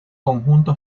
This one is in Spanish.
conjunto